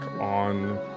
on